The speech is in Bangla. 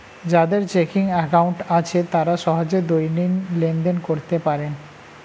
যাদের চেকিং অ্যাকাউন্ট আছে তারা সহজে দৈনিক লেনদেন করতে পারে